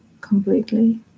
completely